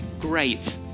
great